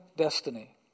destiny